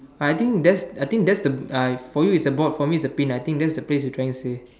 I think that's I think that's the uh for you is a ball for me is a pin I think that's the place you are trying to say